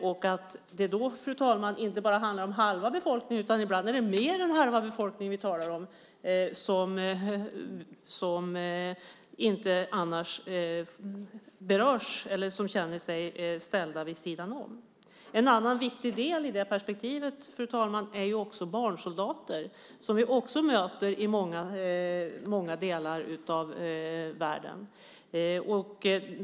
Och då handlar det inte bara om halva befolkningen, utan ibland är det mer än halva befolkningen vi talar om, som inte annars berörs eller som känner sig ställda vid sidan om. Fru talman! En annan viktig sak är barnsoldater, som vi också möter i många delar av världen.